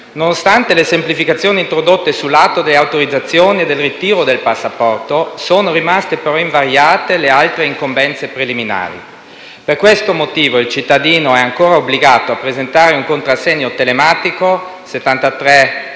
Nonostante le semplificazioni introdotte sul lato delle autorizzazioni e del ritiro del passaporto, sono rimaste però invariate tutte le altre incombenze preliminari. Per questo motivo, il cittadino è ancora obbligato a presentare un contrassegno telematico (da